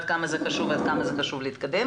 עד כמה זה חשוב ועד כמה חשוב להתקדם,